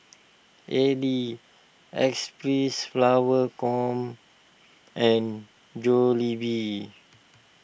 Elle Xpressflower Com and Jollibee